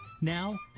Now